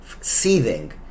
seething